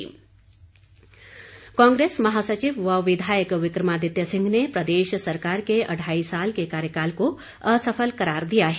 विक्रमादित्य कांग्रेस महासचिव व विधायक विक्रमादित्य सिंह ने प्रदेश सरकार के अढ़ाई साल के कार्यकाल को असफल करार दिया है